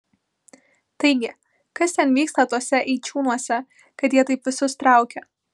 taigi kas ten vyksta tuose eičiūnuose kad jie taip visus traukia